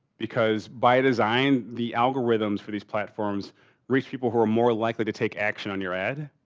because by design the algorithms for these platforms reach people who are more likely to take action on your ad.